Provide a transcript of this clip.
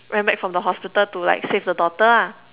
ran back from the hospital to like save the daughter lah